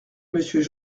monsieur